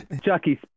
Chucky